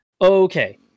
okay